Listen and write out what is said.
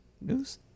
News